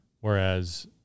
whereas